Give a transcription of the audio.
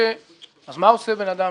מה עושה בן אדם